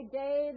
day